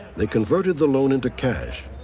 they converted the loan into cash,